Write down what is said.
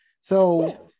So-